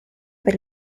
per